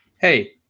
Hey